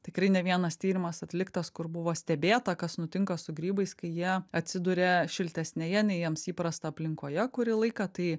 tikrai ne vienas tyrimas atliktas kur buvo stebėta kas nutinka su grybais kai jie atsiduria šiltesnėje nei jiems įprasta aplinkoje kuri laiką tai